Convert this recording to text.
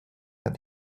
that